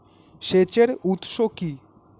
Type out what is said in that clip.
সেচের উৎস কি?